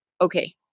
okay